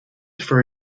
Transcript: for